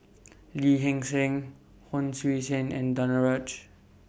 Lee Hee Seng Hon Sui Sen and Danaraj